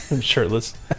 shirtless